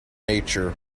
nature